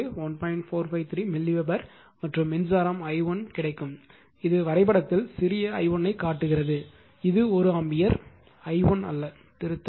453 milliweber மற்றும் மின்சாரம் i1 கிடைக்கும் இது வரைபடத்தில் சிறிய i1 ஐக் காட்டுகிறது இது 1 ஆம்பியர் I1 அல்ல திருத்தம்